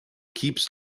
keeps